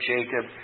Jacob